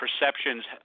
perceptions